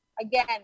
again